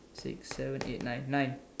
six seven eight nine nine